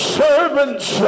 servants